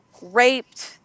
raped